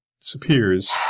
disappears